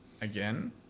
again